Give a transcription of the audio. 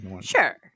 sure